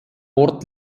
ort